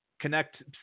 Connect